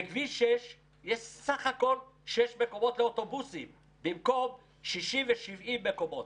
בכביש 6 יש בסך הכול שישה מקומות לאוטובוסים במקום 60 ו-70 מקומות.